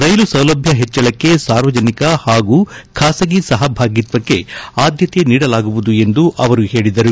ರೈಲು ಸೌಲಭ್ಯ ಹೆಚ್ಚಳಕ್ಕೆ ಸಾರ್ವಜನಿಕ ಹಾಗೂ ಖಾಸಗಿ ಸಹಭಾಗಿತ್ವಕ್ಕೆ ಆದ್ಯತೆ ನೀಡಲಾಗುವುದು ಎಂದು ಅವರು ಹೇಳಿದರು